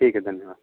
ठीक है धन्यवाद